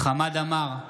חמד עמאר,